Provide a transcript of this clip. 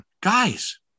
guys